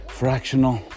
fractional